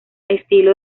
estilo